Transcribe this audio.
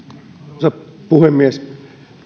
arvoisa puhemies niin nyt